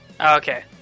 Okay